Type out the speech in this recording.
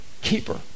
keeper